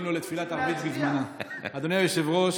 אדוני היושב-ראש,